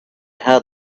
had